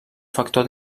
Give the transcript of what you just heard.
factor